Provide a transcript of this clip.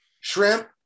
Shrimp